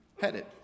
headed